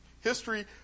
history